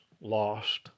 lost